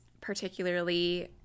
Particularly